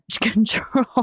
control